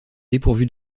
dépourvu